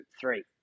three